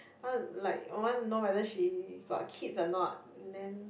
want like want know whether she got kids or not then